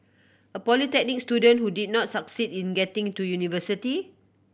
a polytechnic student who did not succeed in getting to university